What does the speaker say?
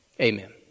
Amen